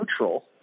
neutral